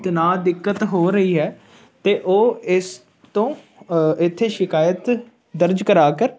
ਤਣਾਅ ਦਿੱਕਤ ਹੋ ਰਹੀ ਹੈ ਤਾਂ ਉਹ ਇਸ ਤੋਂ ਇੱਥੇ ਸ਼ਿਕਾਇਤ ਦਰਜ ਕਰਵਾ ਕਰ